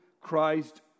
Christ